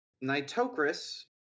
Nitocris